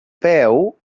peu